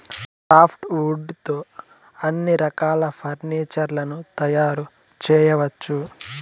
soft wood తో అన్ని రకాల ఫర్నీచర్ లను తయారు చేయవచ్చు